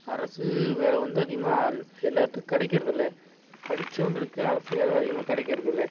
அரசு வேலை வந்து அதிகமாக எல்லாத்துக்கும் கிடைக்குறதில்ல படித்தவங்களுக்கு அரசு வேல அதிகமாக கிடைக்கிறதில்ல